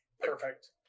Perfect